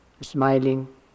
smiling